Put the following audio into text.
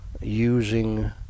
using